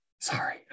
sorry